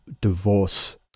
divorce